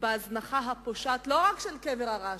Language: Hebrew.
בהזנחה הפושעת, לא רק של קבר הרשב"י,